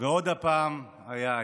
ועוד פעם איי.